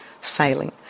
sailing